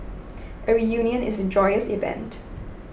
a reunion is a joyous event